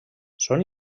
són